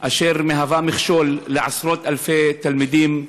אשר מהווה מכשול לעשרות-אלפי תלמידים,